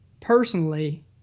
personally